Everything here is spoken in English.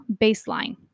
baseline